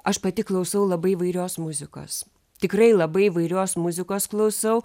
aš pati klausau labai įvairios muzikos tikrai labai įvairios muzikos klausau